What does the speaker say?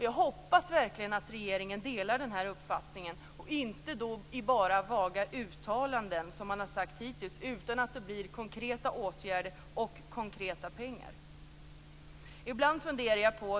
Jag hoppas verkligen att regeringen delar den uppfattningen och inte bara kommer att göra vaga uttalanden, som hittills skett, utan konkreta åtgärder och konkreta pengar.